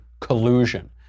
collusion